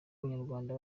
w’abanyarwanda